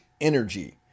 energy